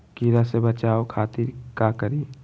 कीरा से बचाओ खातिर का करी?